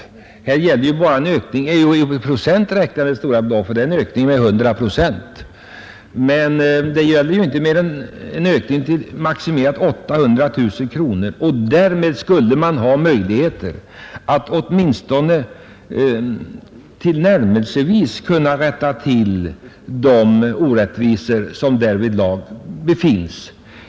Här gäller det inga stora belopp. Ökningen är maximerad till 800 000 kronor. Därmed skulle man dock ha möjligheter att åtminstone tillnärmelsevis rätta till de orättvisor som härvidlag finns.